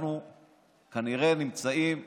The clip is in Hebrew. אנחנו כנראה נמצאים בפתחה,